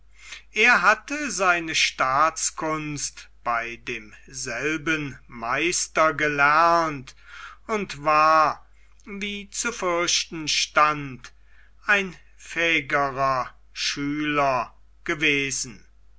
er hatte seine staatskunst bei demselben meister gelernt und war wie zu fürchten stand ein fähigerer schüler gewesen